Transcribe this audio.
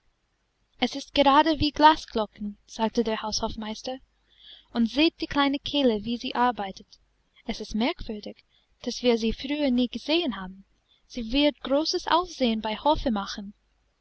es ist gerade wie glasglocken sagte der haushofmeister und seht die kleine kehle wie sie arbeitet es ist merkwürdig daß wir sie früher nie gesehen haben sie wird großes aufsehen bei hofe machen